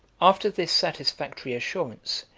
after this satisfactory assurance,